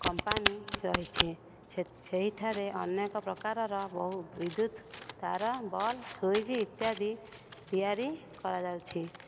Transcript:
company ରହିଛି ସେହିଠାରେ ଅନେକ ପ୍ରକାରର ବହୁ ବିଦ୍ୟୁତ ତାର ବଲ୍ବ ସୁଇଚ୍ ଇତ୍ୟାଦି ତିଆରି କରାଯାଉଛି